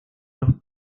los